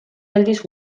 aldiz